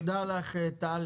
תודה לך, טל.